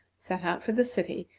set out for the city,